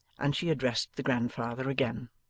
and she addressed the grandfather again.